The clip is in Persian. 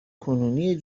کنونی